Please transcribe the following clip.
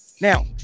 now